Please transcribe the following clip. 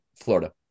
Florida